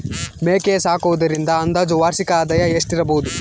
ಮೇಕೆ ಸಾಕುವುದರಿಂದ ಅಂದಾಜು ವಾರ್ಷಿಕ ಆದಾಯ ಎಷ್ಟಿರಬಹುದು?